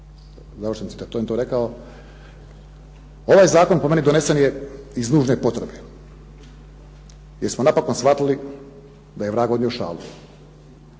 Ovaj zakon po meni donesen je iz nužne potrebe jer smo napokon shvatili da je vrag odnio šalu.